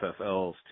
FFLs